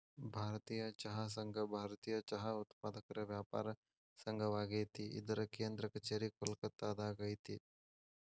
ಭಾರತೇಯ ಚಹಾ ಸಂಘ ಭಾರತೇಯ ಚಹಾ ಉತ್ಪಾದಕರ ವ್ಯಾಪಾರ ಸಂಘವಾಗೇತಿ ಇದರ ಕೇಂದ್ರ ಕಛೇರಿ ಕೋಲ್ಕತ್ತಾದಾಗ ಐತಿ